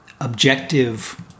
objective